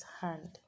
hand